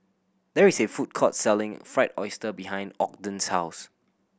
there is a food court selling Fried Oyster behind Ogden's house